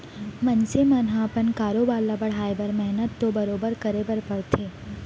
मनसे मन ह अपन कारोबार ल बढ़ाए बर मेहनत तो बरोबर करे बर परथे